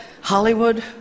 Hollywood